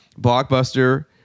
Blockbuster